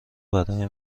برای